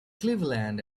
cleveland